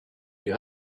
you